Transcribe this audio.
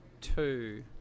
two